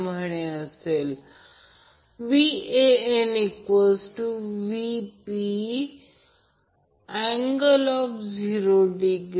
म्हणून आपल्याला माहित आहे की Vab √ 3 Vp अँगल 30o आणि VL √3 Vp असे लिहा